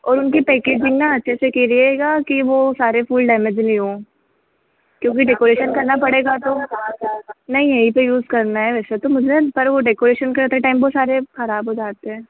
और उनकी पेकेजिंग ना अच्छे से कीजिएगा कि वह सारे फूल डेमेज नहीं हो क्योंकि डेकोरेशन करना पड़ेगा तो नहीं यहीं पर यूज करना है वैसे तो मुझे पर वह डेकोरेशन करते टाइम वह सारे खराब हो जाते हैं